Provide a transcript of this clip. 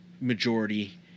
majority